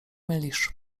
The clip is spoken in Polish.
mylisz